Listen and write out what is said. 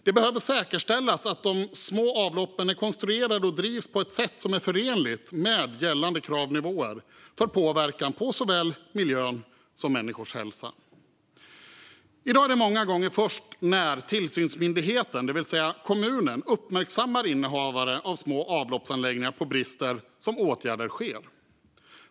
Det behöver säkerställas att de små avloppen är konstruerade och drivs på ett sätt som är förenligt med gällande kravnivåer för påverkan på såväl miljön som människors hälsa. I dag är det många gånger först när tillsynsmyndigheten, det vill säga kommunen, uppmärksammar innehavare av små avloppsanläggningar på brister som ett åtgärdande sker.